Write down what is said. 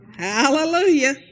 hallelujah